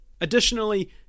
Additionally